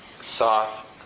soft